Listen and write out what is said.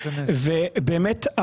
ובאמת,